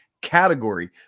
Category